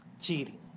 cheating